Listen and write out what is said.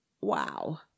wow